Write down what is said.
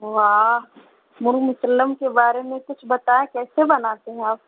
واہ مرغ مسلم کے بارے میں کچھ بتائیں کیسے بناتے ہیں آپ